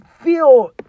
feel